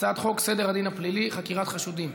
הצעת חוק סדר הדין הפלילי (חקירת חשודים)